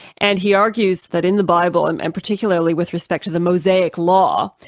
and he argues that in the bible um and particularly with respect to the mosaic law,